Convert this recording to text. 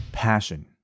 passion